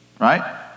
Right